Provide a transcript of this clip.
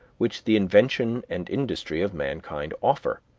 which the invention and industry of mankind offer.